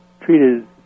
treated